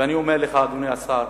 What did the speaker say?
ואני אומר לך, אדוני השר,